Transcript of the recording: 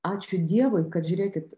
ačiū dievui kad žiūrėkit